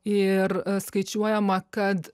ir skaičiuojama kad